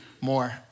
more